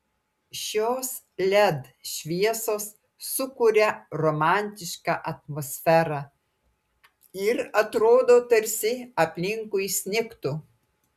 šios led šviesos sukuria romantišką atmosferą ir atrodo tarsi aplinkui snigtų